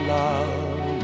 love